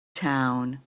town